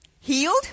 healed